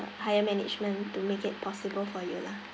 higher management to make it possible for you lah